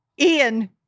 Ian